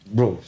Bro